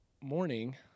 morning